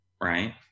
right